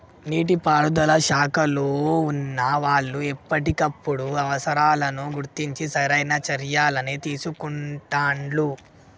నీటి పారుదల శాఖలో వున్నా వాళ్లు ఎప్పటికప్పుడు అవసరాలను గుర్తించి సరైన చర్యలని తీసుకుంటాండ్రు